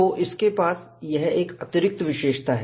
तो इसके पास यह एक अतिरिक्त विशेषता है